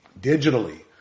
digitally